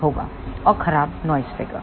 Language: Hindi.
और खराब नॉइस फिगर